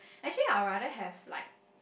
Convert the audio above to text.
actually I'll rather have like